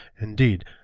Indeed